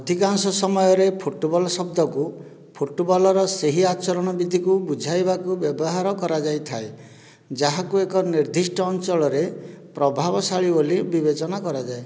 ଅଧିକାଂଶ ସମୟରେ ଫୁଟବଲ୍ ଶବ୍ଦକୁ ଫୁଟବଲ୍ର ସେହି ଆଚରଣ ବିଧତିକୁ ବୁଝାଇବାକୁ ବ୍ୟବହାର କରାଯାଇଥାଏ ଯାହାକୁ ଏକ ନିର୍ଦ୍ଧିଷ୍ଟ ଅଞ୍ଚଳରେ ପ୍ରଭାବଶାଳୀ ବୋଲି ବିବେଚନା କରାଯାଏ